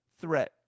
threat